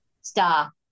star